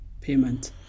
payment